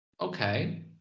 Okay